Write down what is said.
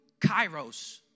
Kairos